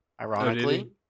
ironically